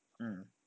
mm